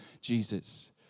Jesus